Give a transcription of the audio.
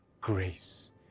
grace